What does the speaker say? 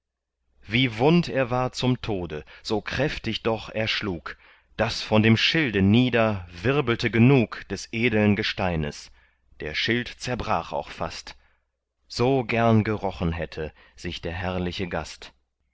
wie wund er war zum tode so kräftig doch er schlug daß von dem schilde nieder wirbelte genug des edeln gesteines der schild zerbrach auch fast so gern gerochen hätte sich der herrliche gast